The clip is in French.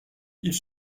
ils